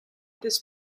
this